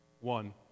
One